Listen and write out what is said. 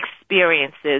experiences